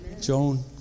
Joan